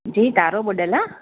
जी तारो बुॾलु आहे